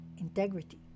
integrity